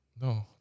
No